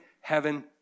heaven